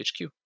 hq